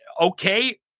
okay